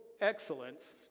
excellence